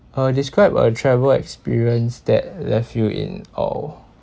uh describe a travel experience that left you in awe